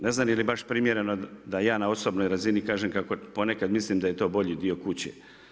Ne znam je li baš primjereno da i ja na osobnoj razini kažem kako ponekad mislim da je to bolji dio kuće.